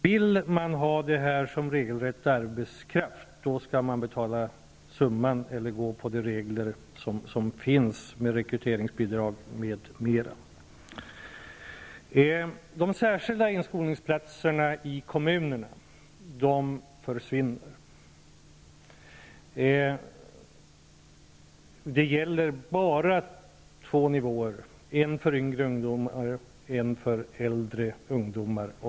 Vill man använda ungdomarna som regelrätt arbetskraft skall man betala hela summan eller följa de regler som finns om rekryteringsbidrag, m.m. De särskilda inskolningsplatserna i kommunerna försvinner. Det gäller bara två nivåer, en för yngre ungdomar och en för äldre ungdomar.